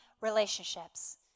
relationships